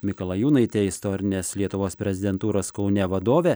mikalajūnaitė istorinės lietuvos prezidentūros kaune vadovė